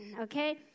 Okay